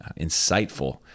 insightful